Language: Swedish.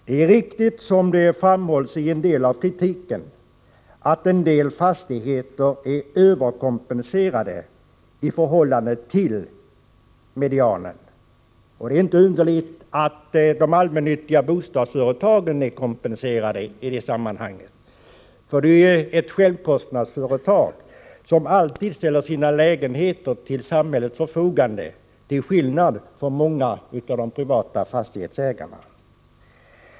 Det är riktigt, som det framhålls i en del av kritiken, att en del fastigheter är överkompenserade i förhållande till medianen, och det är inte underligt att de allmännyttiga bostadsföretagen är kompenserade i detta sammanhang, eftersom det rör sig om självkostnadsföretag, som alltid ställer sina lägenheter till samhällets förfogande till skillnad från vad många av de privata fastighetsägarna gör.